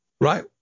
Right